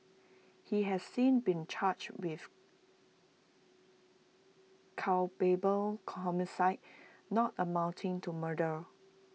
he has since been charged with culpable homicide not amounting to murder